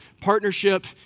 partnership